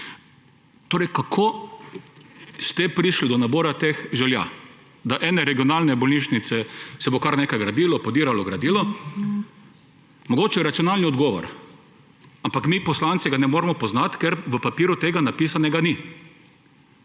Torej kako ste prišli do nabora teh želja, da ene regionalne bolnišnice se bo kar nekaj podiralo, gradilo. Mogoče racionalni odgovor, ampak mi poslanci ga ne moremo poznati, ker na papirju tega napisanega ni.